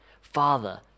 Father